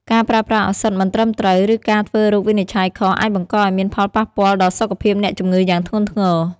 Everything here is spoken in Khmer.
ការប្រើប្រាស់ឱសថមិនត្រឹមត្រូវ ឬការធ្វើរោគវិនិច្ឆ័យខុសអាចបង្កឱ្យមានផលប៉ះពាល់ដល់សុខភាពអ្នកជំងឺយ៉ាងធ្ងន់ធ្ងរ។